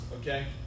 Okay